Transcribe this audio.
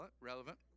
relevant